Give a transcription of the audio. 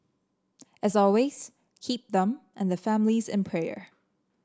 as always keep them and their families in prayer